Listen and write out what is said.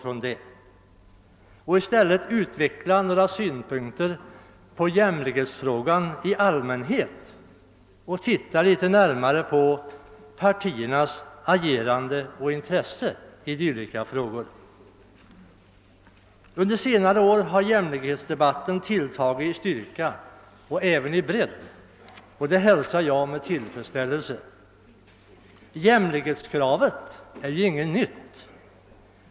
Låt mig i stället utveckla några synpunkter på jämlikhetsfrågan i allmänhet och se litet närmare på partiernas agerande i och intresse för denna fråga. Under senare år har jämlikhetsdebatten tilltagit i styrka och även i bredd, vilket jag hälsar med. tillfredsställelse. Jämlikhetskravet är ingen ny företeelse.